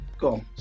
Go